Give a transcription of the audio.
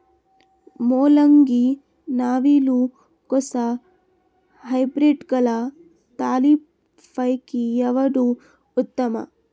ಮೊಲಂಗಿ, ನವಿಲು ಕೊಸ ಹೈಬ್ರಿಡ್ಗಳ ತಳಿ ಪೈಕಿ ಯಾವದು ಉತ್ತಮ?